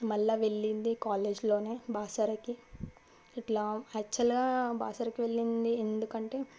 మళ్ళా వెళ్ళింది కాలేజీలోనే బాసరకి ఇట్లా యాక్చువల్గా బాసరకు వెళ్ళింది ఎందుకంటే